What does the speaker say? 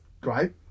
great